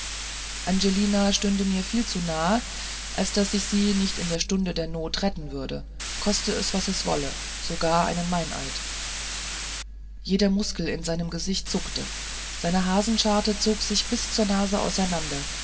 angelina stünde mir viel zu nahe als daß ich sie nicht in der stunde der not retten würde koste es was es wolle sogar einen meineid jede muskel in seinem gesicht zuckte seine hasenscharte zog sich bis zur nase auseinander